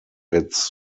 its